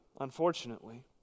unfortunately